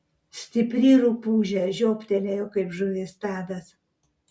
stipri rupūžė žiobtelėjo kaip žuvis tadas